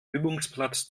übungsplatz